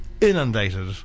inundated